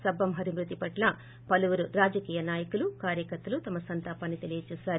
సబ్బంహరి మృతి పట్ల పలువురు రాజకీయ నాయకులు కార్యకర్తలు తమ సంతాపాన్ని తెలియజేశారు